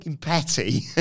petty